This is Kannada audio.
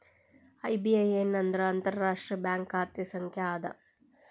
ಐ.ಬಿ.ಎ.ಎನ್ ಅಂದ್ರ ಅಂತಾರಾಷ್ಟ್ರೇಯ ಬ್ಯಾಂಕ್ ಖಾತೆ ಸಂಖ್ಯಾ ಅದ